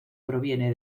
proviene